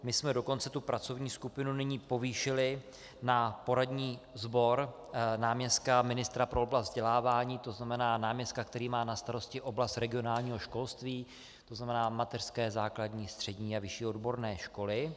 My jsme dokonce tu pracovní skupinu nyní povýšili na poradní sbor náměstka ministra pro oblast vzdělávání, to znamená náměstka, který má na starosti oblast regionálního školství, to znamená mateřské, základní, střední a vyšší odborné školy.